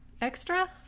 extra